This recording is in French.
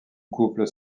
couple